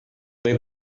they